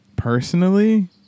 Personally